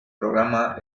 programa